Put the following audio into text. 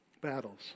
Battles